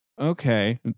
okay